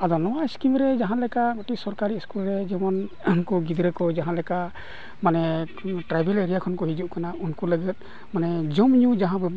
ᱟᱨ ᱱᱚᱣᱟ ᱥᱠᱤᱢ ᱨᱮ ᱡᱟᱦᱟᱸ ᱞᱮᱠᱟ ᱢᱤᱫᱴᱤᱡ ᱥᱚᱨᱠᱟᱨᱤ ᱥᱠᱩᱞ ᱨᱮ ᱡᱮᱢᱚᱱ ᱩᱱᱠᱩ ᱜᱤᱫᱽᱨᱟᱹ ᱠᱚ ᱡᱟᱦᱟᱸ ᱞᱮᱠᱟ ᱢᱟᱱᱮ ᱴᱨᱟᱭᱵᱮᱞ ᱮᱨᱤᱭᱟ ᱠᱷᱚᱱ ᱠᱚ ᱦᱤᱡᱩᱜ ᱠᱟᱱᱟ ᱩᱱᱠᱩ ᱞᱟᱹᱜᱤᱫ ᱢᱟᱱᱮ ᱡᱚᱢᱼᱧᱩ ᱡᱟᱦᱟᱸᱵᱚᱱ